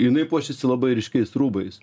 jinai puošėsi labai ryškiais rūbais